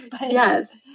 yes